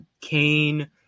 Kane